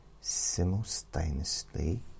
simultaneously